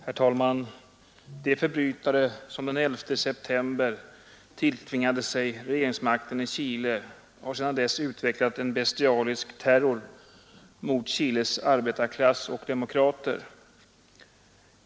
Herr talman! De förbrytare som den 11 september tilltvingade sig regeringsmakten i Chile har sedan dess utvecklat en bestialisk terror mot Chiles arbetarklass och demokrater.